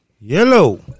Yellow